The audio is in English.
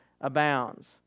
abounds